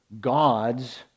gods